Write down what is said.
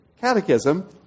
catechism